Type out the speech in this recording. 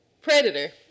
predator